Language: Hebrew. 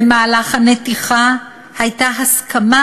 במהלך הנתיחה הייתה הסכמה